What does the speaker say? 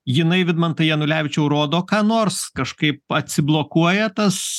jinai vidmantai janulevičiau rodo ką nors kažkaip atsiblokuoja tas